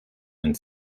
and